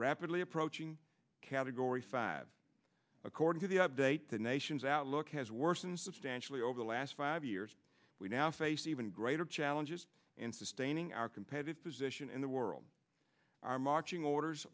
rapidly approaching category five according to the update the nation's outlook has worsened substantially over the last five years we now face even greater challenges in sustaining our competitive position in the world are marching orders